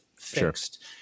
fixed